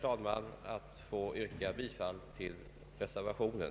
Jag ber att få yrka bifall till reservationen.